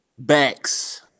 Backs